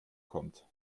kommt